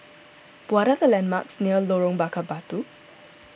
what are the landmarks near Lorong Bakar Batu